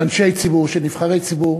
של אנשי ציבור, של נבחרי ציבור,